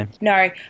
No